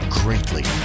greatly